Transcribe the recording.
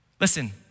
Listen